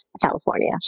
California